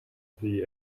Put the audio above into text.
thee